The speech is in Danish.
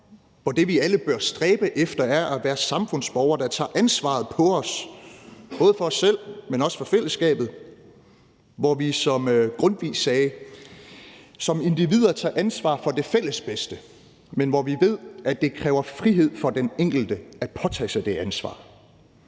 og det, vi alle bør stræbe efter, er at være samfundsborger, der tager ansvaret på os for både os selv, men også for fællesskabet, hvor vi, som Grundtvig sagde, som individer tager ansvar for det fælles bedste, men hvor vi ved, at det kræver frihed for den enkelte at påtage sig det ansvar.